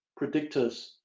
predictors